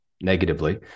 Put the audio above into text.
negatively